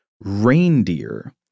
reindeer